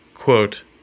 Quote